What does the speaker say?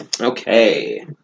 Okay